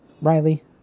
Riley